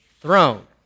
throne